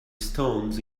stones